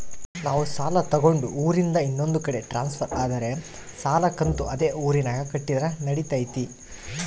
ನಾವು ಸಾಲ ತಗೊಂಡು ಊರಿಂದ ಇನ್ನೊಂದು ಕಡೆ ಟ್ರಾನ್ಸ್ಫರ್ ಆದರೆ ಸಾಲ ಕಂತು ಅದೇ ಊರಿನಾಗ ಕಟ್ಟಿದ್ರ ನಡಿತೈತಿ?